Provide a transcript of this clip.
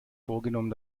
vorgenommen